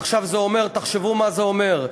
עכשיו זה אומר, תחשבו מה זה אומר.